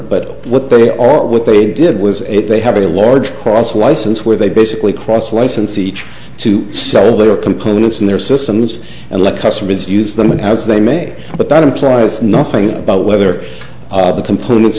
but what they are or what they did was a they have a large cross license where they basically cross license each to sell their components and their systems and let customers use them as they may but that implies nothing about whether the components